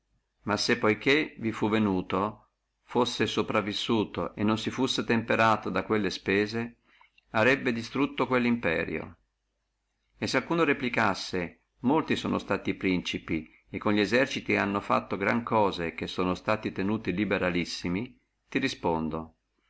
ma se poi che vi fu venuto fussi sopravvissuto e non si fussi temperato da quelle spese arebbe destrutto quello imperio e se alcuno replicassi molti sono stati principi e con li eserciti hanno fatto gran cose che sono stati tenuti liberalissimi ti respondo